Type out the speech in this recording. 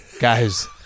guys